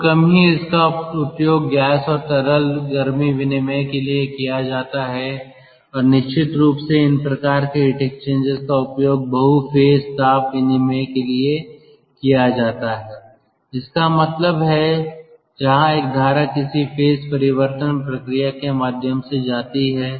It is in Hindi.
बहुत कम ही इसका उपयोग गैस और तरल गर्मी विनिमय के लिए किया जाता है और निश्चित रूप से इन प्रकार के हीट एक्सचेंजर्स का उपयोग बहु फेज ताप विनिमय के लिए किया जाता है इसका मतलब है जहां एक धारा किसी फेज परिवर्तन प्रक्रिया के माध्यम से जाती है